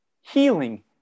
healing